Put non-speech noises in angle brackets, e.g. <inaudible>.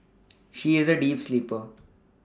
<noise> she is a deep sleeper